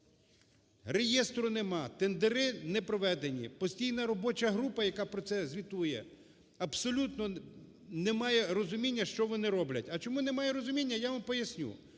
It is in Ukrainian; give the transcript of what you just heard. Реєстру нема, тендери не проведені, постійна робоча група, яка про це звітує, абсолютно немає розуміння, що вони роблять. А чому немає розуміння, я вам поясню: